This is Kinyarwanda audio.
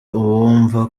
uwumva